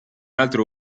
altro